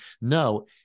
No